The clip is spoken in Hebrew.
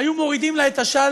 היו מורידים לה את השלטר,